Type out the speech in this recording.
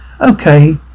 okay